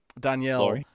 Danielle